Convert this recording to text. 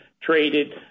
traded